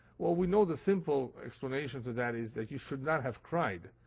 well, we know the simple explanation to that is that you should not have cried.